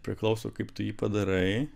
priklauso kaip tu jį padarai